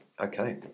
Okay